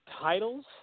titles